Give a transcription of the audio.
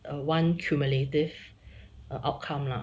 one cumulative or~ outcome lah